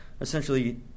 essentially